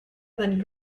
dani